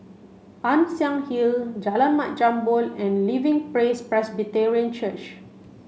Ann Siang Hill Jalan Mat Jambol and Living Praise Presbyterian Church